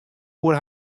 oer